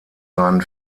seinen